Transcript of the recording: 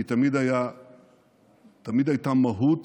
כי תמיד הייתה מהות